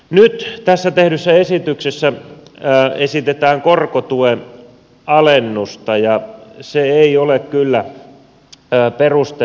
nyt tässä tehdyssä esityksessä esitetään korkotuen alennusta ja se ei ole kyllä perusteltua